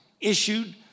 issued